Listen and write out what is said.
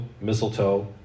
mistletoe